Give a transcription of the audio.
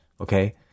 Okay